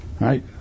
Right